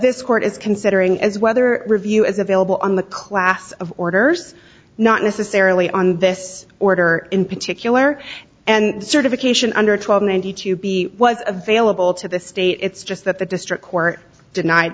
this court is considering as whether review is available on the class of orders not necessarily on this order in particular and the certification under twelve ninety two b was a vailable to the state it's just that the district court denied